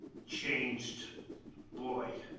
changed boy.